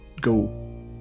go